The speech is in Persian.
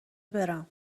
برم